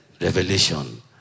Revelation